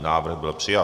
Návrh byl přijat.